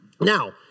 Now